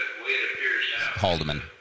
Haldeman